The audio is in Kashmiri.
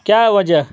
کیٛاہ وجہ